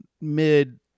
mid